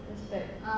respect